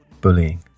bullying